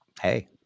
Hey